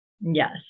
Yes